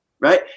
Right